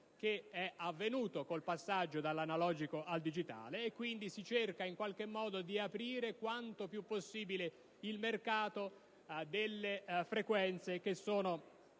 che è avvenuto con il passaggio dall'analogico al digitale, per cui si cerca in qualche modo di aprire quanto più possibile il mercato a frequenze che sono